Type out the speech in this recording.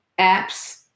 Apps